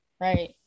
right